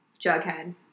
Jughead